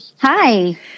Hi